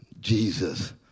Jesus